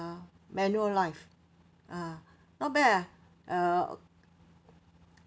ah Manulife ah not bad lah uh